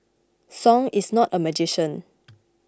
Song is not a magician